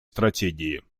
стратегии